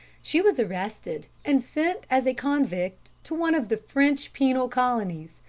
she was arrested and sent as a convict to one of the french penal colonies.